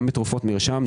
בתרופות מרשם,